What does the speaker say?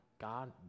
God